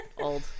old